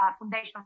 foundation